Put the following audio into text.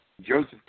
Joseph